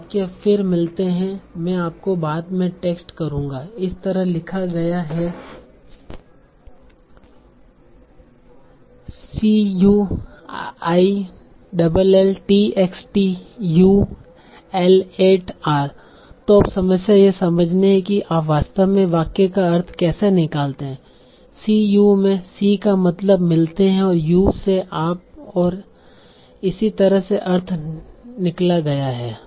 यह वाक्य फिर मिलते हैं मैं आपको बाद में टेक्स्ट करूंगा इस तरह लिखा गया है C U I'll TXT U L8R तो अब समस्या यह समझने की है आप वास्तव में वाक्य का अर्थ कैसे निकालते हैं C U में C का मतलब मिलते हैं और U से आप और इसी तरह से अर्थ निकला गया है